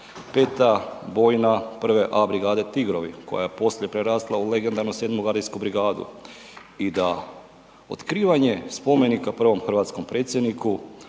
5. bojna 1A brigade Tigrovi koja je poslije prerasla u legendarnu 7. gardijsku brigadu i da otkrivanje spomenika prvom hrvatskom predsjedniku